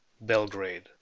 Belgrade